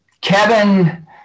Kevin